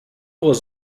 was